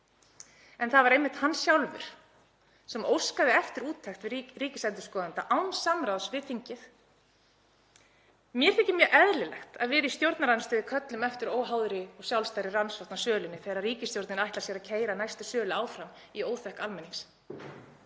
en það var einmitt hann sjálfur sem óskaði eftir úttekt ríkisendurskoðanda án samráðs við þingið. Mér þykir mjög eðlilegt að við í stjórnarandstöðu köllum eftir óháðri og sjálfstæðri rannsókn á sölunni þegar ríkisstjórnin ætlar sér að keyra næstu sölu áfram í óþökk almennings.